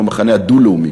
הוא המחנה הדו-לאומי,